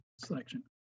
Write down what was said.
selection